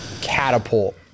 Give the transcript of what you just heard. catapult